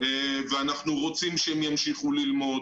ואנחנו רוצים שהם ימשיכו ללמוד.